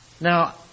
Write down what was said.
Now